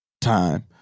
Time